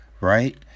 right